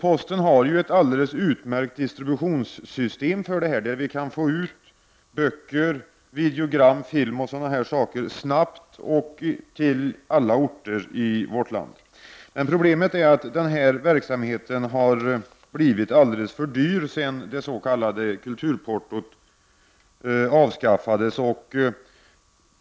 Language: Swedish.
Posten har ett alldeles utmärkt distributionssystem, där böcker, videogram, film m.m. snabbt kan skickas till alla orter i vårt land. Problemet är att verksamheten har blivit alldeles för dyr sedan det s.k. kulturportot avskaffades.